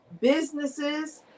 businesses